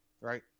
Right